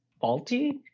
faulty